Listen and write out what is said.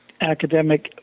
academic